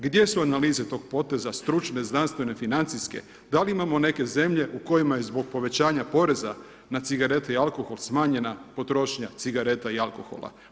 Gdje su analize tog poteza stručne, znanstvene, financijske, da li imamo neke u kojima je zbog povećanja poreza na cigarete i alkohol smanjena potrošnja cigareta i alkohola?